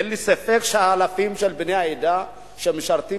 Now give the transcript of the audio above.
אין לי ספק שהאלפים של בני העדה שמשרתים